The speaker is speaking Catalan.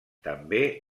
també